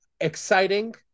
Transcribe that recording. Exciting